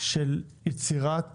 של יצירת